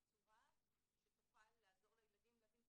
בצורה שתוכל לעזור לילדים להבין,